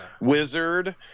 Wizard